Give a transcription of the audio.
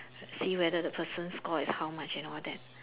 see whether the person score is how much and all that